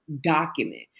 document